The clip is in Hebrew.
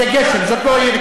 זה גשם, זאת לא יריקה.